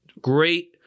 great